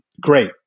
great